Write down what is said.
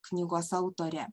knygos autorė